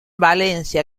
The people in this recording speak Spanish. valencia